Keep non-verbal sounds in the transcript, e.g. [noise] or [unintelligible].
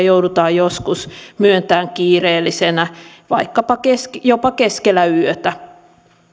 [unintelligible] joudutaan joskus myöntämään kiireellisenä vaikkapa jopa keskellä yötä